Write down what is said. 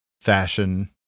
fashion